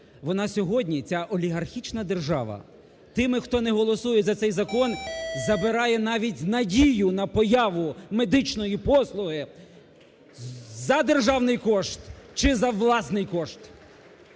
Вона сьогодні, ця олігархічна держава, тими, хто не голосує за цей закон, забирає навіть надію на появу медичної послуги за державний кошт чи за власний кошт.